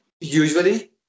Usually